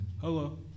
Hello